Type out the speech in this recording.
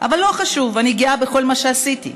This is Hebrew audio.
אבל לא חשוב, אני גאה בכל מה שעשיתי,